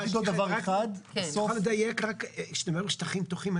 כשאתה מדבר על שטחים פתוחים,